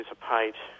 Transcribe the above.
participate